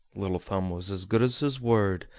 little thumb was as good as his word,